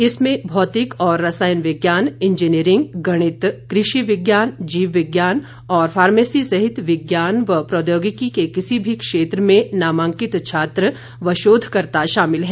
इसमें भौतिक और रसायन विज्ञान इंजीनियरिंग गणित कृषि विज्ञान जीव विज्ञान और फार्मेसी सहित विज्ञान और प्रौद्योगिकी के किसी भी क्षेत्र में नामांकित छात्र व शोधकर्ता शामिल हैं